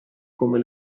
come